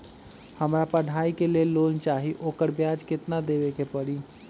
हमरा पढ़ाई के लेल लोन चाहि, ओकर ब्याज केतना दबे के परी?